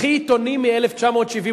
קחי עיתונים מ-1978,